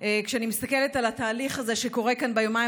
כשאני מסתכלת על התהליך הזה שקורה כאן ביומיים